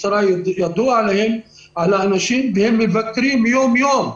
למשטרה ידוע על האנשים והם מבקרים אותם יום-יום.